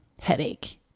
headache